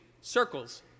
circles